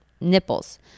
Nipples